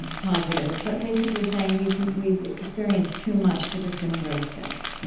positive, but basically saying we've we've experienced too much to just embrace this, right?